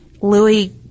Louis